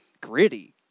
gritty